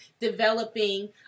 developing